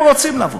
הם רוצים לבוא,